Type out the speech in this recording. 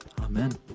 Amen